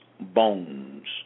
bones